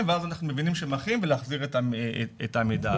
ואז אנחנו מבינים שהם אחים ולהחזיר את המידע הזה.